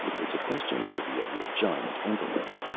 it's a question worthy of your giant intellect,